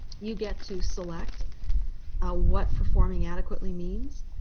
you get to select what performing adequately means.